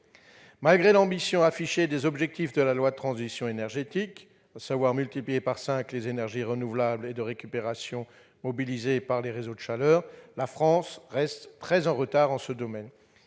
malgré l'ambition affichée des objectifs de la loi relative à la transition énergétique pour la croissance verte- multiplier par cinq les énergies renouvelables et de récupération mobilisées par les réseaux de chaleur -, la France reste très en retard dans ce domaine.